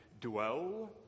dwell